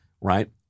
right